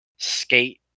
Skate